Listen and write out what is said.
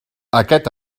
aquest